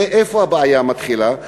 איפה הבעיה מתחילה?